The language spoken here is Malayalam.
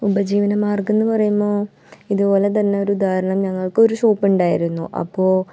ഉപജീവനമാർഗ്ഗമെന്ന് പറയുമ്പോൾ ഇതുപോലെ തന്നൊരു ഉദാഹരണം ഞങ്ങൾക്കൊരു ഷോപ്പ് ഉണ്ടായിരുന്നു അപ്പോൾ